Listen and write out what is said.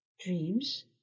Dreams